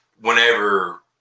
Whenever